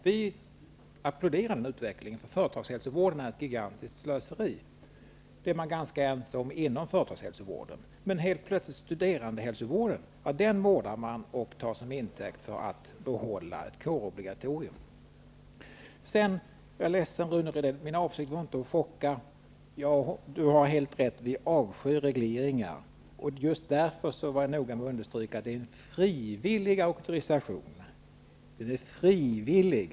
Vi applåderar den utvecklingen, för företagshälsovården är ett gigantiskt slöseri. Det är man ense om inom företagshälsovården. Men studerandehälsovården vårdar man och tar som intäkt för att behålla ett kårobligatorium. Jag är ledsen, Rune Rydén, min avsikt var inte att chocka. Rune Rydén har helt rätt. Vi avskyr regleringar. Just därför var jag noga med att understryka att det är fråga om en frivillig auktorisation. Den är frivillig.